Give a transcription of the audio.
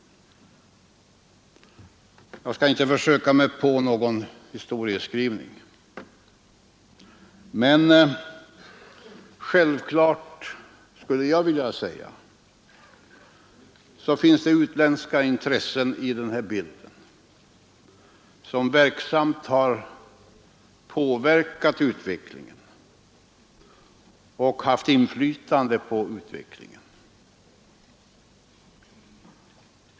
Jag skall inte försöka mig på någon historieskrivning, men jag anser att det är självklart att det finns utländska intressen i den här bilden som verksamt har påverkat och haft inflytande på utvecklingen.